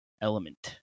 element